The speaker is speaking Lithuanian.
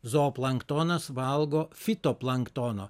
zooplanktonas valgo fitoplanktono